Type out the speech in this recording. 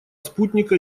спутника